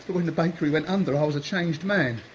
when the bakery went under i was a changed man.